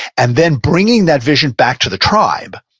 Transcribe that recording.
and then bringing that vision back to the tribe.